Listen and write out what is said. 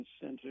Center